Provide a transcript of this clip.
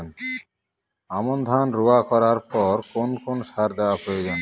আমন ধান রোয়া করার পর কোন কোন সার দেওয়া প্রয়োজন?